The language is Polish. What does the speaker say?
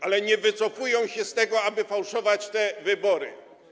Ale nie wycofują się z tego, aby fałszować te wybory.